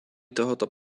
tohoto